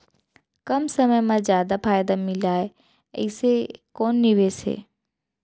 कम समय मा जादा फायदा मिलए ऐसे कोन निवेश हे?